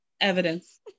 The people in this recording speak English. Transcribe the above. evidence